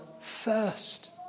first